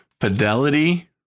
fidelity